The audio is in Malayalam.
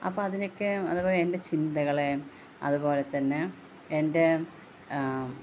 അപ്പോള് അതിനൊക്കെ അതേപോലെ എൻ്റെ ചിന്തകളെ അതുപോലെതന്നെ എൻ്റെ